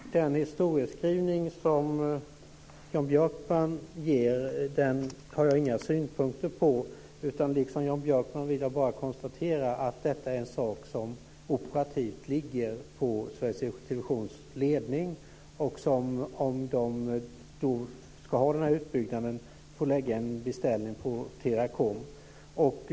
Fru talman! Den historieskrivning som Jan Björkman ger har jag inga synpunkter på. Liksom Jan Björkman vill jag bara konstatera att detta är en sak som operativt ligger på Sveriges Televisions ledning, och om man ska ha den här utbyggnaden får man lägga en beställning på Teracom.